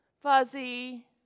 fuzzy